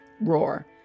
Roar